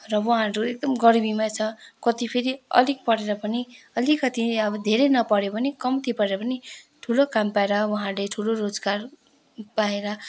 र उहाँहरू एकदम गरिबीमा छ कति फेरि अलिक पढेर पनि अलिकति अब धेरै नपढे पनि कम्ती पढेर पनि ठुलो काम पाएर उहाँहरूले ठुलो रोजगार पाएर